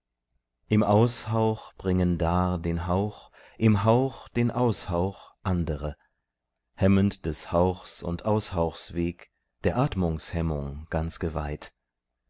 im aushauch bringen dar den hauch im hauch den aushauch andere hemmend des hauchs und aushauchs weg der atmungshemmung ganz geweiht